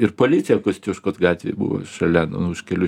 ir policija kosciuškos gatvėje buvo šalia už keliu